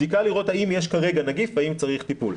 בדיקה לראות האם יש כרגע נגיף והאם צריך טיפול.